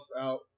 out